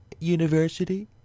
University